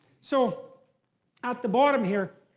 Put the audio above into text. so at the bottom here,